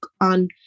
on